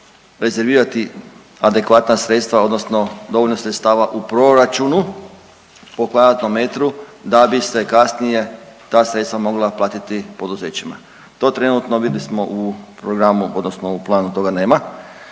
rezervirati adekvatna sredstva odnosno dovoljno sredstava u proračunu po kvadratnom metru, da bi se kasnije ta sredstva mogla platiti poduzećima. To trenutno vidli smo u programu, odnosno u planu toga nema.